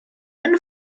and